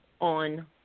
on